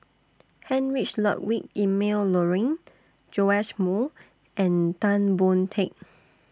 Heinrich Ludwig Emil Luering Joash Moo and Tan Boon Teik